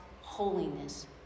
holiness